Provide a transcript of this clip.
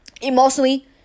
emotionally